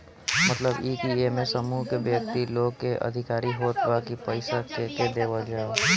मतलब इ की एमे समूह के व्यक्ति लोग के अधिकार होत ह की पईसा केके देवल जाओ